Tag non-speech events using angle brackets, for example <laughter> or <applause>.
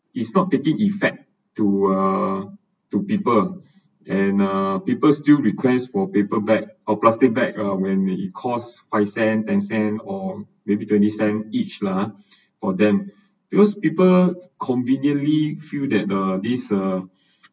it's not taking effect to err to people <breath> and err people still request for paper bag or plastic bag uh when we cost five cents ten cents or maybe twenty cents each lah <breath> for them because people conveniently feel that the this uh <noise>